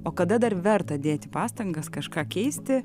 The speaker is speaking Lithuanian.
o kada dar verta dėti pastangas kažką keisti